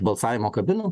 balsavimo kabinų